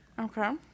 Okay